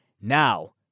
Now